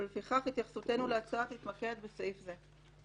ולפיכך התייחסותנו להצעה תתמקד בסעיף זה.